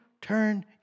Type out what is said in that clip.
turn